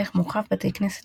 במניין.